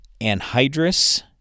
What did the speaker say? anhydrous